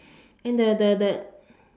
and the the the